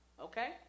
Okay